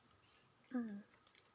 mm